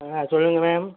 ஆ சொல்லுங்கள் மேம்